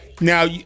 Now